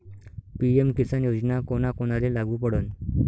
PM किसान योजना कोना कोनाले लागू पडन?